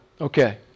Okay